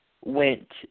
went